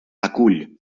acull